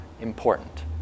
important